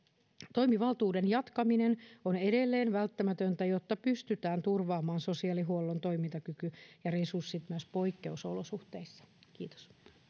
toimivaltuuden jatkaminen on edelleen välttämätöntä jotta pystytään turvaamaan sosiaalihuollon toimintakyky ja resurssit myös poikkeusolosuhteissa kiitos